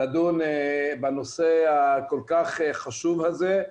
לדון בנושא הכול כך חשוב הזה.